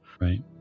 right